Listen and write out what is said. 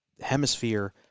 hemisphere